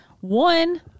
One